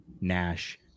Nash